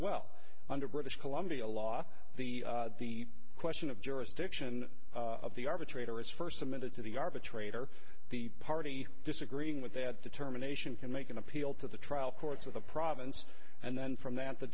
well under british columbia law the question of jurisdiction of the arbitrator is first submitted to the arbitrator the party disagreeing with they had to terminations can make an appeal to the trial courts of the province and then from that the